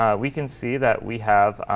ah we can see that we have